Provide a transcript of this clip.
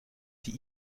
die